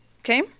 Okay